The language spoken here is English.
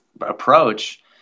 approach